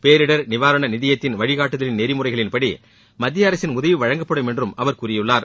பேரிடர் நிவாரண நிதியத்தின் வழிகாட்டுதல் நெறிமுறைகள்படி மத்திய அரசின் உதவி வழங்கப்படும் என்றும் அவர் கூறியுள்ளார்